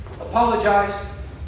Apologize